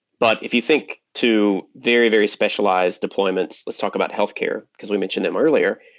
but if you think to very, very specialized deployments, let's talk about healthcare, because we mentioned them earlier,